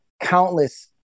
countless